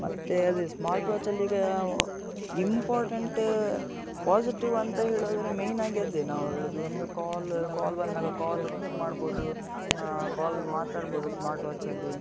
ಮತ್ತೆ ಅದೇ ಸ್ಮಾರ್ಟ್ ವಾಚಲ್ಲೀಗ ಇಂಪಾರ್ಟೆಂಟ್ ಪೊಸಿಟಿವ್ ಅಂತ ಹೇಳೋದಾದ್ರೆ ಮೇಯ್ನ್ ಆಗಿ ಅದೆ ನಾವು ಹೇಳೋದು ಒಂದು ಕಾಲ್ ಕಾಲ್ ಬಂದಾಗ ಕಾಲ್ ಪಿಕ್ ಮಾಡ್ಬೋದು ಕಾಲ್ ಮಾತಾಡ್ಬೋದು ಸ್ಮಾರ್ಟ್ ವಾಚಲ್ಲಿ